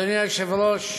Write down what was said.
אדוני היושב-ראש,